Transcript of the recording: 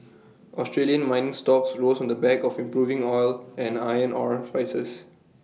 Australian mining stocks rose on the back of improving oil and iron ore prices